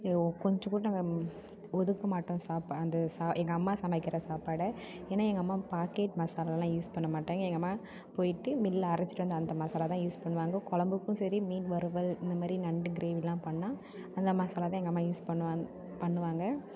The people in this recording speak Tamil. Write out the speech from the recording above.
கொஞ்சங்கூட நாங்கள் ஒதுக்க மாட்டோம் சாப்பா அந்த சா எங்கம்மா சமைக்கிற சாப்பாடை ஏன்னா எங்கம்மா பாக்கெட் மசாலாலாம் யூஸ் பண்ண மாட்டாங்க எங்கம்மா போயிட்டு மில்லில் அரைச்சிட்டு வந்த அந்த மசாலா தான் யூஸ் பண்ணுவாங்க குழும்புக்கும் சரி மீன் வறுவல் இந்தமாரி நண்டு கிரேவிலாம் பண்ணால் அந்த மசாலா தான் எங்கம்மா யூஸ் பண்ணுவாங் பண்ணுவாங்க